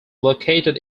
located